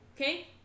Okay